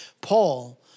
Paul